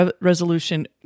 resolution